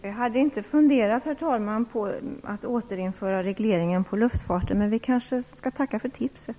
Herr talman! Jag hade inte funderat på att återinföra regleringen av luftfarten, men jag kanske skall tacka för tipset.